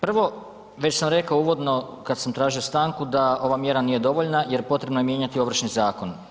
Prvo već sam rekao uvodno kad sam tražio stanku da ova mjera nije dovoljna jer potrebno je mijenjati Ovršni zakon.